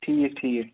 ٹھیٖک ٹھیٖک